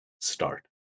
start